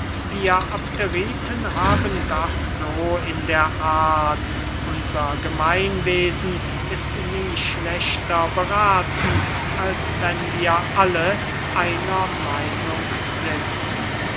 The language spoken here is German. wir abderiten haben das so in der art unser gemeinwesen ist nie schlechter berathen als wenn wir alle einer meinung sind